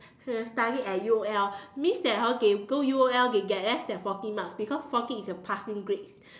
cannot study at U_O_L means hor that they go U_O_L they get less than forty marks because forty is the passing grade